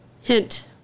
Hint